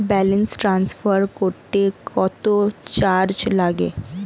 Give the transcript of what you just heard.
Balance transfer করতে কত charge লাগে?